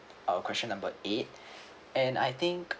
our question number eight and I think